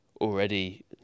already